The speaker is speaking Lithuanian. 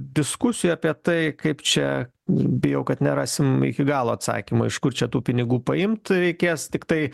diskusijų apie tai kaip čia bijau kad nerasim iki galo atsakymo iš kur čia tų pinigų paimt reikės tiktai